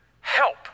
help